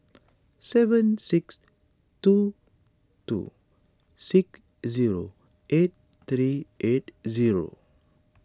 seven six two two six zero eight thirty eight zero